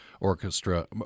Orchestra